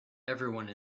everyone